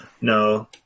No